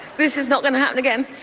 this is not going to happen again